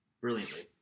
brilliantly